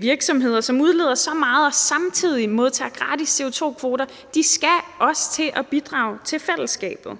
virksomheder, som udleder så meget og samtidig modtager gratis CO2-kvoter, også skal til at bidrage til fællesskabet.